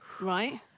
Right